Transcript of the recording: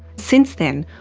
since then,